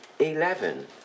Eleven